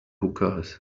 hookahs